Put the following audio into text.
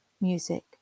music